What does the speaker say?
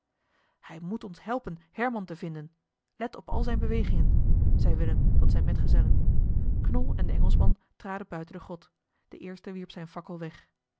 hij moet ons helpen herman te vinden let op al zijne bewegingen zei willem tot zijne metgezellen knol en de engelschman traden buiten de grot de eerste wierp zijne fakkel weg